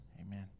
Amen